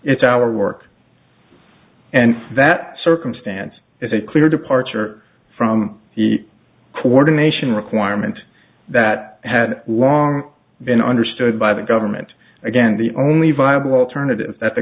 it's our work and that circumstance is a clear departure from the coordination requirement that had long been understood by the government again the only viable alternative that the